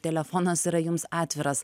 telefonas yra jums atviras